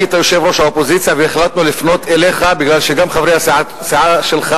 היית יושב-ראש האופוזיציה והחלטנו לפנות אליך בגלל שגם חברי הסיעה שלך